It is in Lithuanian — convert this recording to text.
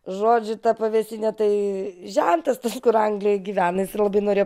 žodžiu ta pavėsinė tai žentas tas kur anglijoj gyvena jisai labai norėjo